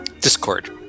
Discord